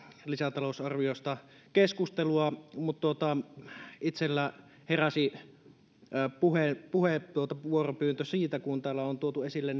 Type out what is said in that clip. lisätalousarviosta on keskustelua mutta itselläni heräsi halu puheenvuoropyyntöön siitä kun täällä on tuotu esille